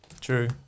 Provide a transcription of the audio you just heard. True